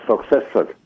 successful